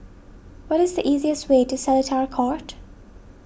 what is the easiest way to Seletar Court